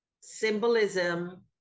symbolism